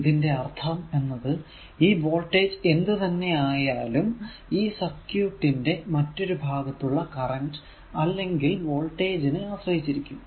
ഇതിന്റെ അർഥം എന്നത് ഈ വോൾടേജ് എന്ത് തന്നെ ആയാലും ഈ സർക്യൂട് ന്റെ മറ്റൊരു ഭാഗത്തുള്ള കറന്റ് അല്ലെങ്കിൽ വോൾടേജ് നെ ആശ്രയിച്ചിരിക്കുന്നു